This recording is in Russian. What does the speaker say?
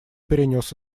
перенес